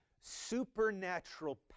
supernatural